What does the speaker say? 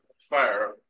fire